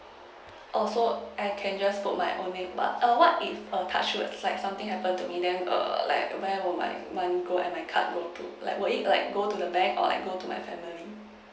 oh so I can just put my own name but err what if err would like something happen to me then err like where would my one go and my card would be put would it go to the bank or go to my family